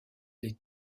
des